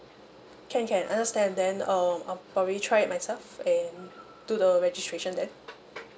can can understand then um I'll probably try it myself and do the registration then